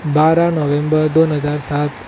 बारा नोव्हेंबर दोन हजार सात